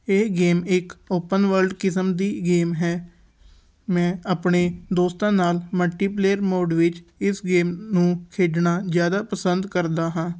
ਇਹ ਗੇਮ ਇੱਕ open world ਕਿਸਮ ਦੀ ਗੇਮ ਹੈ ਮੈਂ ਆਪਣੇ ਦੋਸਤਾਂ ਨਾਲ਼ ਮਲਟੀਪਲੇਅਰ ਮੋਡ ਵਿੱਚ ਇਸ ਗੇਮ ਨੂੰ ਖੇਡਣਾ ਜ਼ਿਆਦਾ ਪਸੰਦ ਕਰਦਾ ਹਾਂ